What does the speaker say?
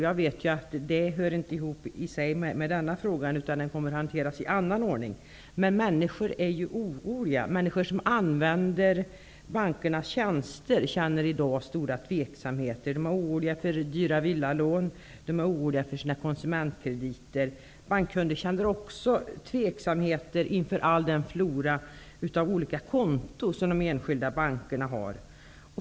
Jag vet ju att det egentligen inte hör ihop med den här frågan. Det kommer att hanteras i en annan ordning. Men människor är oroliga. Människor som använder bankernas tjänster känner i dag stor tveksamhet. De är oroliga för dyra villalån och för sina konsumentkrediter. Bankkunder känner också tveksamhet inför den flora av olika konton som de enskilda bankerna har.